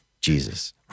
Jesus